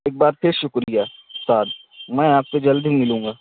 ایک بار پھر شکریہ سعد میں آپ سے جلد ہی ملوں گا